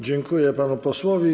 Dziękuję panu posłowi.